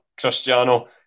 Cristiano